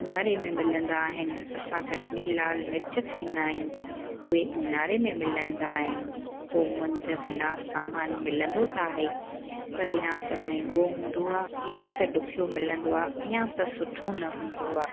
ऊन्हारे में मिलंदा आहिनि असां कश्मीरी लाल मिर्च खाईंदा आहियूं उहे ऊन्हारे में मिलंदा आहिनि पोइ मुंद बिना सामान मिलंदो त आहे पर या त महांगो हूंदो आहे या त ॾुखियो मिलंदो आहे या त सुठो न हूंदो आहे